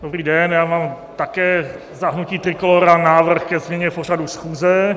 Dobrý den, já mám také za hnutí Trikolóra návrh ke změně pořadu schůze.